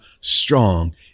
strong